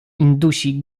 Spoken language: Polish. indusi